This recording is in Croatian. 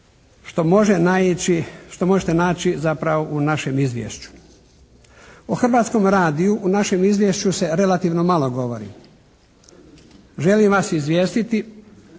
što možete naći zapravo u našem Izvješću. O Hrvatskom radiju u našem Izvješću se relativno malo govori. Želim vas izvijestiti